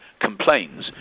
complains